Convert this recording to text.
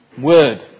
Word